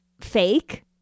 fake